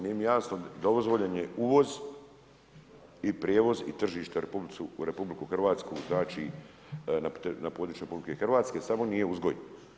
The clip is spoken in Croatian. Nije mi jasno, dozvoljen uvoz i prijevoz i tržište u RH, znači na području RH, samo nije uzgoj.